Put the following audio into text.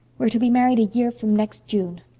we're to be married a year from next june.